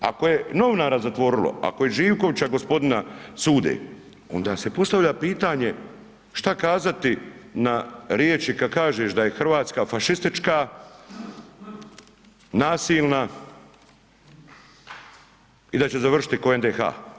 Ako je novinara zatvorilo, ako je Živkovića gospodina sude, onda se postavlja pitanje što kazati na riječi kad kažeš da je Hrvatska fašistička, nasilna i da će završiti kao NDH?